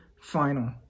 final